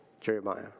Jeremiah